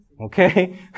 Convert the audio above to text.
Okay